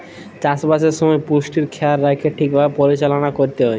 চাষবাসের সময় পুষ্টির খেয়াল রাইখ্যে ঠিকভাবে পরিচাললা ক্যইরতে হ্যয়